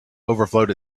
overflowed